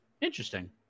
Interesting